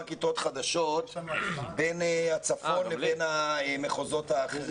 הכיתות החדשות בין הצפון לבין המחוזות האחרים.